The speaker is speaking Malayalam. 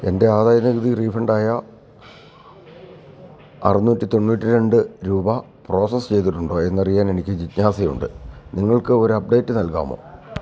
എൻ്റെ ആദായ നികുതി റീഫണ്ടായ അറുന്നൂറ്റി തൊണ്ണൂറ്റി രണ്ട് രൂപ പ്രോസസ്സ് ചെയ്തിട്ടുണ്ടോ എന്നറിയുവാൻ എനിക്ക് ജിജ്ഞാസ ഉണ്ട് നിങ്ങൾക്ക് ഒരു അപ്ഡേറ്റ് നൽകാമോ